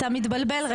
אתה מתבלבל.